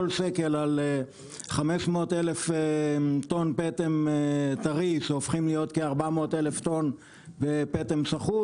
כל שקל על 500,000 טון פטם טרי שהופכים להיות כ-400,000 טון פטם שחוט,